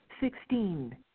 Sixteen